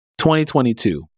2022